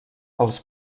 els